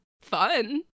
fun